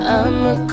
I'ma